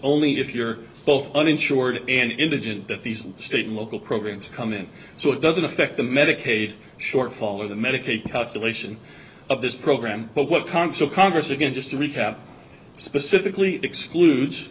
you're both uninsured and indigent that these state and local programs come in so it doesn't affect the medicaid shortfall or the medicaid calculation of this program but what console congress again just to recap specifically excludes